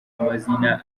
amazina